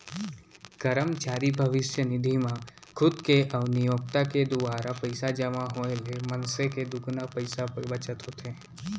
करमचारी भविस्य निधि म खुद के अउ नियोक्ता के दुवारा पइसा जमा होए ले मनसे के दुगुना पइसा बचत होथे